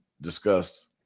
discussed